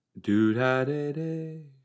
Do-da-da-da